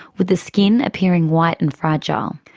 with the skin appearing white and fragile.